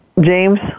James